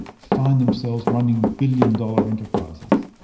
find themselves running billion dollar enterprises.